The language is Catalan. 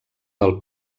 del